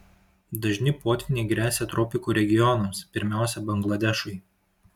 dažni potvyniai gresia tropikų regionams pirmiausia bangladešui